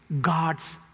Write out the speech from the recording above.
God's